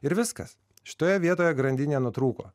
ir viskas šitoje vietoje grandinė nutrūko